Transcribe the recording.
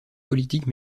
politique